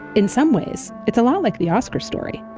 in some ways, it's a lot like the oscar story.